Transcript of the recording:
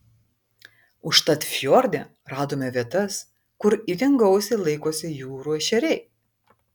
užtat fjorde radome vietas kur itin gausiai laikosi jūrų ešeriai